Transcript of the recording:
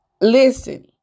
Listen